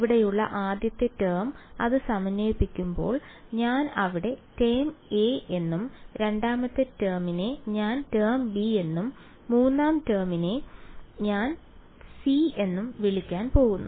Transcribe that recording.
ഇവിടെയുള്ള ആദ്യത്തെ ടേം അത് സമന്വയിപ്പിക്കുമ്പോൾ ഞാൻ അതിനെ ടേം എ എന്നും രണ്ടാമത്തെ ടേമിനെ ഞാൻ ടേം ബി എന്നും മൂന്നാം ടേമിനെ ഞാൻ സി എന്നും വിളിക്കാൻ പോകുന്നു